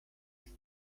text